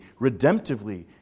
redemptively